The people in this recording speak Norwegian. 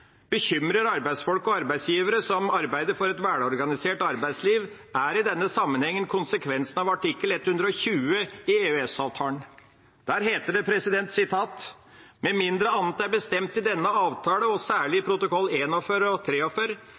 bekymrer arbeidsfolk og arbeidsgivere som arbeider for et velorganisert arbeidsliv, er i denne sammenhengen konsekvensen av artikkel 120 i EØS-avtalen. Der heter det: «Med mindre annet er bestemt i denne avtale og særlig i protokoll 41 og